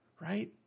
right